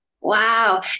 Wow